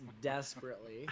desperately